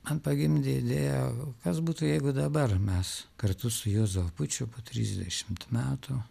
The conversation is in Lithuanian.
man pagimdė idėją o kas būtų jeigu dabar mes kartu su juozu apučiu po trisdešimt metų